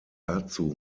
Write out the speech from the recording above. dazu